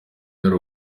y’u